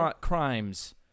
crimes